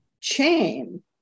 chain